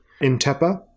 Intepa